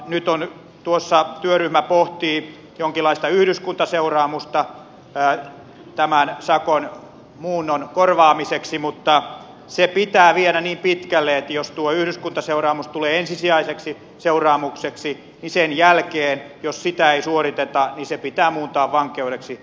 nyt työryhmä pohtii jonkinlaista yhdyskuntaseuraamusta tämän sakon muunnon korvaamiseksi mutta se pitää viedä niin pitkälle että jos tuo yhdyskuntaseuraamus tulee ensisijaiseksi seuraamukseksi niin sen jälkeen jos sitä ei suoriteta se pitää muuntaa vankeudeksi